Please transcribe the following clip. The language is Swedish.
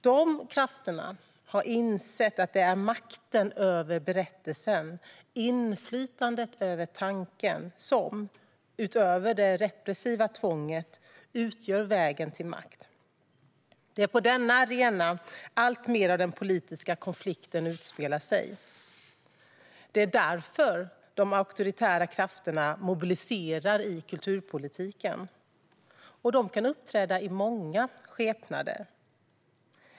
Dessa krafter har insett att det är makten över berättelsen, inflytandet över tanken som, utöver det repressiva tvånget, utgör vägen till makt. Det är på denna arena alltmer av den politiska konflikten utspelar sig. Det är därför de auktoritära krafterna mobiliserar i kulturpolitiken, och de kan uppträda i många skepnader.